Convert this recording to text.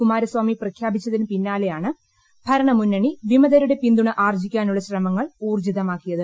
കുമാരസ്വാമി പ്രഖ്യാപിച്ചിതിനു പിന്നാലെയാണ് ഭരണ മുന്നണി വിമതരുടെ പിന്തുണ ആർജ്ജിക്കാനുള്ള ശ്രമങ്ങൾ ഊർജ്ജിതമാക്കിയത്